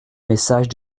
message